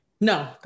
No